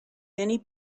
many